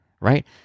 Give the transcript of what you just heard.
right